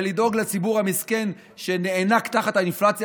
ולדאוג לציבור המסכן שנאנק תחת האינפלציה